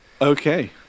Okay